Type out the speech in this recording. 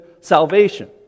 salvation